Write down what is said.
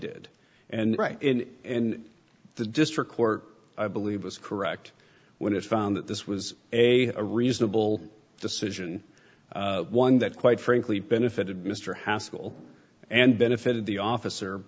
did and write it and the district court i believe was correct when it found that this was a reasonable decision one that quite frankly benefited mr haskell and benefited the officer